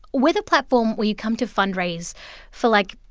we're the platform where you come to fundraise for, like,